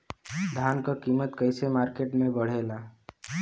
धान क कीमत कईसे मार्केट में बड़ेला?